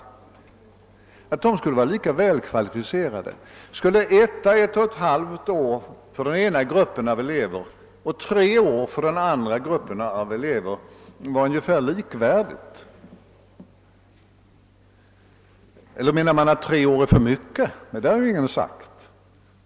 Skulle ett å ett och ett halvt år för den ena gruppen av elever och tre år för den andra gruppen vara ungefär likvärdigt? Eller anses det att tre år i gymnasieskolan är för mycket? Det har ingen sagt.